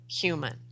human